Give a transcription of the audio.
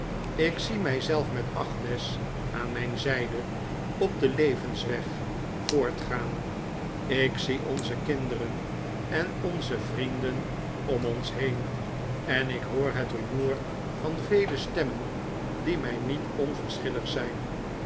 ik zie mij zelf met agnes aan mijn zijde op den levensweg voortgaan ik zie onze kinderen en onze vrienden om ons heen en ik hoor het rumoer van vele stemmen die mij niet onverschillig zijn